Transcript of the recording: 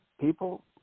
People